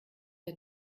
der